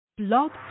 Blog